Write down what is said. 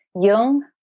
young